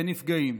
אין נפגעים,